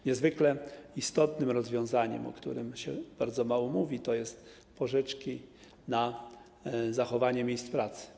Niezwykle istotne rozwiązanie, o którym się bardzo mało mówi, to pożyczki na zachowanie miejsc pracy.